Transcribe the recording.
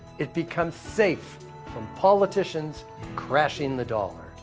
it becomes safe from politicians crashing the dollar.